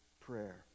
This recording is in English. prayer